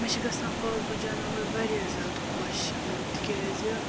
مےٚ چھِ گژھان پالتوٗ جاناوار واریاہ زیادٕ خۄش تِکیٛازِ